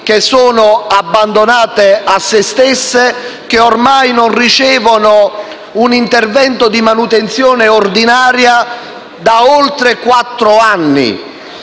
abbandonate a se stesse, che non ricevono un intervento di manutenzione ordinaria da oltre quattro anni.